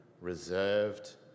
reserved